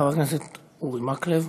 חבר הכנסת אורי מקלב.